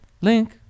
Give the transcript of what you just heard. link